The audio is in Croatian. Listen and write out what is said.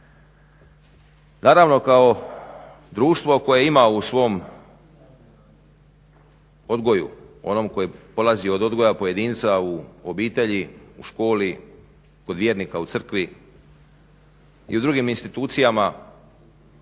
Naravno kao društvo koje ima u svom odgoju, onomu koji polazi od odgoja pojedinca u obitelji, u školi, kod vjernika u crkvi i u drugim institucijama,